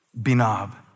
Binab